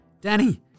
danny